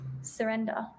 surrender